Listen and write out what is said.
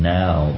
now